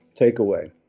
takeaway